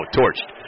torched